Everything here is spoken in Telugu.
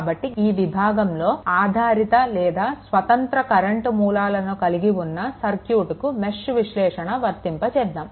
కాబట్టి ఈ విభాగంలో ఆధారిత లేదా స్వతంత్ర కరెంట్ మూలాలను కలిగి ఉన్న సర్క్యూట్కు మెష్ విశ్లేషణ వర్తింప చేద్దాం